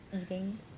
eating